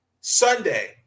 Sunday